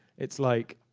it's like